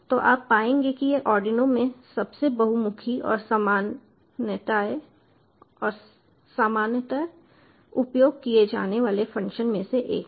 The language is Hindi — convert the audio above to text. तो आप पाएंगे कि यह आर्डिनो में सबसे बहुमुखी और सामान्यतः उपयोग किए जाने वाले फंक्शन में से एक है